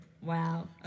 Wow